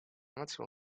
máxima